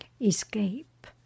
escape